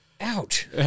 Ouch